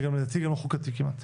זה גם לדעתי לא חוקתי כמעט.